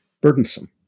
burdensome